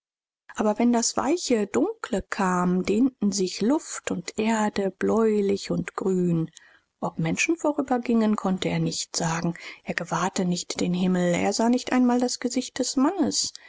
aber wenn das weiche dunkle kam dehnten sich luft und erde bläulich und grün ob menschen vorübergingen konnte er nicht sagen er gewahrte nicht den himmel er sah nicht einmal das gesicht des mannes